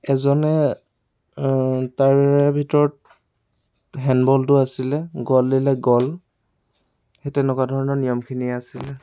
এজনে তাৰে ভিতৰত হেণ্ডবলটো আছিলে গল দিলে গল সেই তেনেকুৱা ধৰণৰ নিয়মখিনিয়ে আছিলে